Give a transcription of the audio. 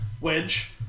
Wedge